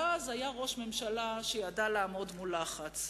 ואז היה ראש ממשלה שידע לעמוד מול לחץ.